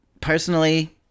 personally